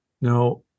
Now